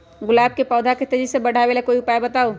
गुलाब के पौधा के तेजी से बढ़ावे ला कोई उपाये बताउ?